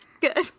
good